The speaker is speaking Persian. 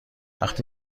وقتی